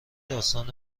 داستان